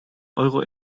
euro